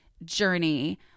journey